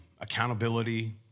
accountability